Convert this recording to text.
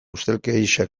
ustelkeria